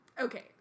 Okay